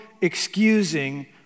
excusing